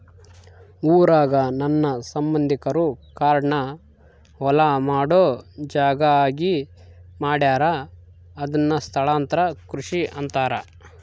ಊರಾಗ ನನ್ನ ಸಂಬಂಧಿಕರು ಕಾಡ್ನ ಹೊಲ ಮಾಡೊ ಜಾಗ ಆಗಿ ಮಾಡ್ಯಾರ ಅದುನ್ನ ಸ್ಥಳಾಂತರ ಕೃಷಿ ಅಂತಾರ